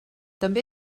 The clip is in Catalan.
també